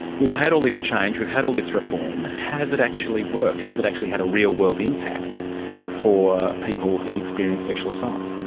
we've had all this change, we've had all this reform, has it actually worked? has it actually had a real-world impact for people who've experienced sexual assault?